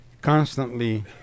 constantly